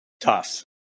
Tough